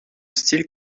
style